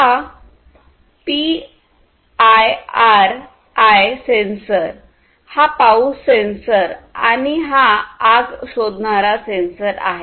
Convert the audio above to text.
हा PIR sensor हा पाऊस सेन्सर आणि हा आग शोधणारा सेन्सर आहे